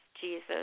Jesus